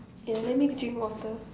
yeah let me drink water